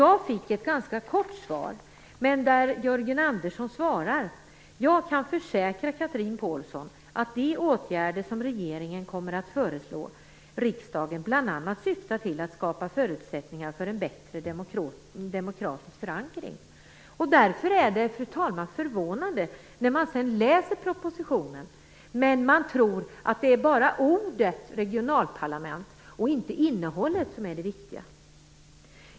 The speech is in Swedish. Jag fick ett ganska kort svar där Jörgen Andersson sade: "Jag kan försäkra Chatrine Pålsson att de åtgärder som regeringen kommer att föreslå riksdagen bl.a. syftar till att skapa förutsättningar för en bättre demokratisk förankring." Därför är det förvånande att sedan läsa propositionen, där man tror att det är ordet "regionparlament" och inte innehållet som är det viktiga.